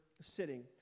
sitting